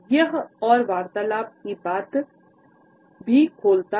यह और वार्तालाप की बात भी खोलता है